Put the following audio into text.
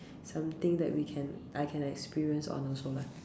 something that we can I can experience on also lah mm